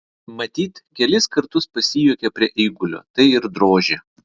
matyt kelis kartus pasijuokė prie eigulio tai ir drožė